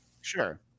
Sure